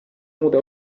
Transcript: muude